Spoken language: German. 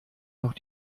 noch